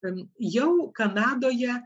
jau kanadoje